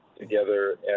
together